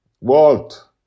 Walt